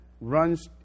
runs